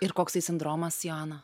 ir koks tai sindromas joana